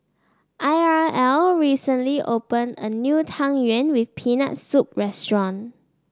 Irl recently opened a new Tang Yuen with Peanut Soup restaurant